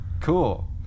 cool